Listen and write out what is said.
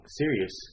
serious